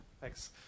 Thanks